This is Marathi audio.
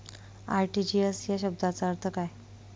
आर.टी.जी.एस या शब्दाचा अर्थ काय?